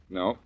no